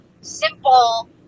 simple